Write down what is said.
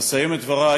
אסיים את דברי